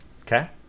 Okay